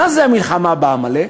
מה זה המלחמה בעמלק?